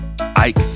Ike